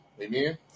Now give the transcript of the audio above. Amen